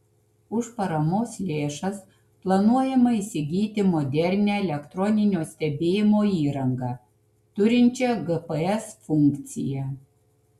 už paramos lėšas planuojama įsigyti modernią elektroninio stebėjimo įrangą turinčią gps funkciją